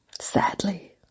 sadly